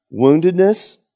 woundedness